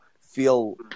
feel